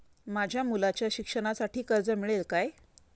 माझ्या मुलाच्या शिक्षणासाठी कर्ज मिळेल काय?